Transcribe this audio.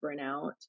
burnout